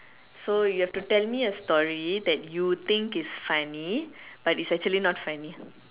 so you have to tell me a story that you think is funny but is actually not funny